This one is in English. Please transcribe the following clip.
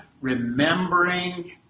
remembering